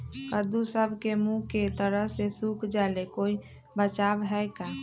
कददु सब के मुँह के तरह से सुख जाले कोई बचाव है का?